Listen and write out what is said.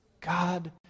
God